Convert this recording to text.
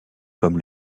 comme